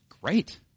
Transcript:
great